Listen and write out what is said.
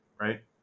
right